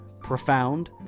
profound